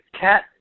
cat